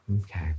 okay